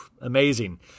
Amazing